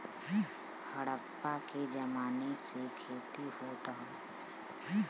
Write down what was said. हड़प्पा के जमाने से खेती होत हौ